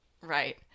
Right